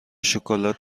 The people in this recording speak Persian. شکلات